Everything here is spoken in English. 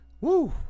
Woo